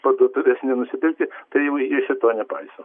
parduotuvėse nenusipirkti tai jau jie šito nepaiso